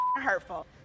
hurtful